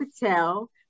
Patel